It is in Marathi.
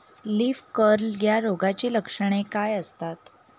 लीफ कर्ल या रोगाची लक्षणे काय असतात?